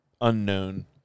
unknown